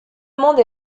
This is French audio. monde